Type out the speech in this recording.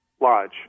Lodge